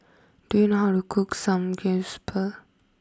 do you know how to cook Samgyeopsal